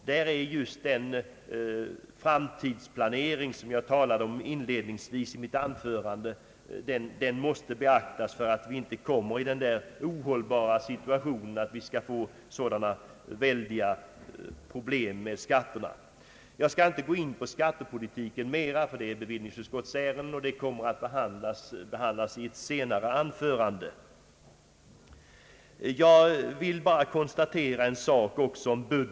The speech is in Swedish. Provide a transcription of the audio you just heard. Därför måste den framtidsplanering, som jag inledningsvis talade om, beaktas så att vi inte kommer i den ohållbara situationen att skatterna vållar sådana väldiga problem. Jag skall inte närmare gå in på skattepolitiken, eftersom den kommer att tas upp i ett bevillningsutskottsärende som senare skall behandlas. Beträffande budgeten vill jag bara konstatera en sak.